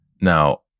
now